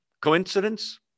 Coincidence